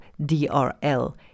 DRL